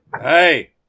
Hey